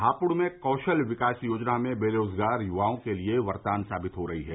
हापुड़ में कौशल विकास योजना बेरोजगार युवाओं के लिए करदान साबित हो रही है